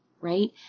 right